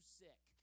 sick